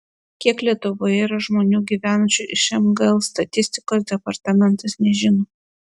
kiek lietuvoje yra žmonių gyvenančių iš mgl statistikos departamentas nežino